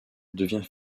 devient